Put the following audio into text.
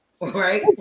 right